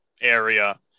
area